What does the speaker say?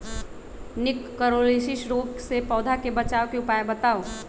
निककरोलीसिस रोग से पौधा के बचाव के उपाय बताऊ?